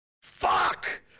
fuck